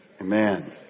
Amen